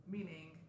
Meaning